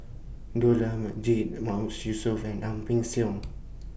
Dollah Majid Mahmood Yusof and Ang Peng Siong